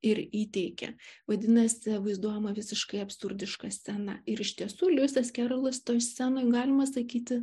ir įteikia vadinasi vaizduojama visiškai absurdišką sceną ir iš tiesų luisas kerolas toje scenoj galima sakyti